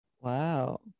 wow